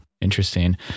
Interesting